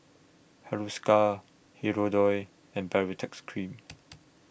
Hiruscar Hirudoid and Baritex Cream